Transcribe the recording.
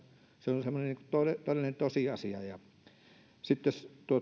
se on semmoinen todellinen tosiasia sitten